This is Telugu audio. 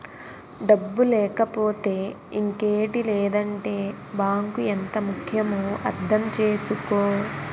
డబ్బు లేకపోతే ఇంకేటి లేదంటే బాంకు ఎంత ముక్యమో అర్థం చేసుకో